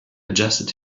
adjusted